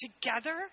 together